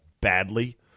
badly